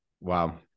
Wow